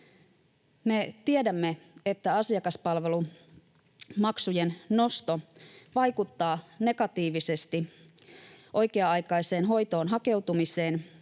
Me tiedämme, että asiakaspalvelumaksujen nosto vaikuttaa negatiivisesti oikea-aikaiseen hoitoon hakeutumiseen,